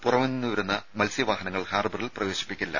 പുറമെനിന്ന് വരുന്ന മത്സ്യവാഹനങ്ങൾ ഹാർബറിൽ പ്രവേശിപ്പിക്കില്ല